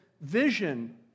vision